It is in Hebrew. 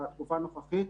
בתקופה הנוכחית,